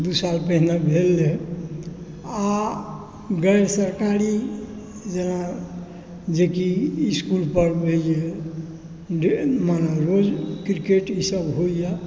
दू साल पहिने भेल रहै आओर गैर सरकारी जेना जेकि स्कूलपर मने रोज किरकेट ई सब होइए